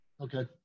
okay